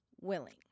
willing